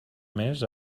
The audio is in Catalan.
més